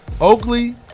Oakley